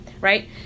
right